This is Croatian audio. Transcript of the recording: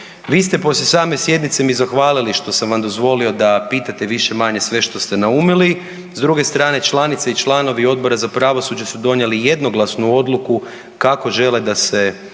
Vi ste poslije same sjednice mi zahvalili što sam vam dozvolio da pitate više-manje sve što ste naumili, s druge strane članice i članovi Odbora za pravosuđe su donijeli jednoglasnu odluku kako žele da se